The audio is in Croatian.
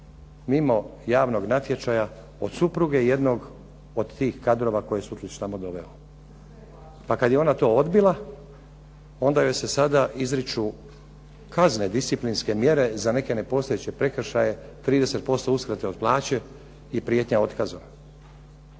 mimo javnog natječaja od supruge jednog od tih kadrova koje je Sutlić tamo doveo. Pa kad je ona to odbila, onda joj se sada izriču kazne, disciplinske mjere za neke nepostojeće prekršaje, 30% uskrate od plaće i prijetnje otkazom.